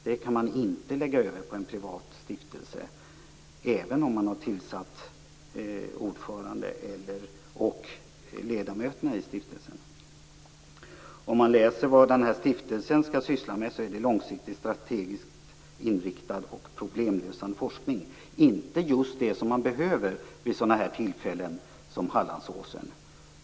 Det kan man inte lägga över på en privat stiftelse, även om man har tillsatt ordförande och/eller ledamöterna i stiftelsen. Om man läser vad stiftelsen skall syssla med är det långsiktig strategiskt inritad och problemlösande forskning. Det är inte just det man behöver vid sådana tillfällen som nu vid Hallandsåsen.